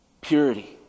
purity